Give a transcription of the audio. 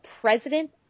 president